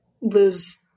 lose